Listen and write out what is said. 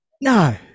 No